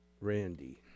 Randy